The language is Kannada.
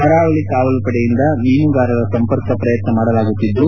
ಕರಾವಳಿ ಕಾವಲು ಪಡೆಯಿಂದ ಮೀನುಗಾರರ ಸಂಪರ್ಕ ಪ್ರಯತ್ನ ಮಾಡಲಾಗುತ್ತಿದ್ದು